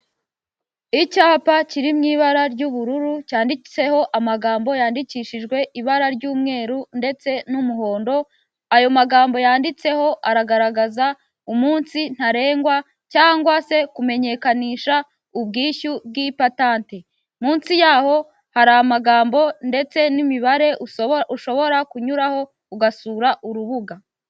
Icyapa kiri mu ibara ry'ubururu cyanditseho amagambo yandikishijwe ibara ry'umweru ndetse n'umuhondo ayo magambo yanditseho aragaragaza umunsi ntarengwa cyangwa se kumenyekanisha ubwishyu bw'ipatanti munsi yaho hari amagambo ndetse n'imibare ushobora ushobora kunyuraho ugasura urubuga.